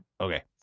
Okay